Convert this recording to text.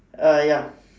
uh ya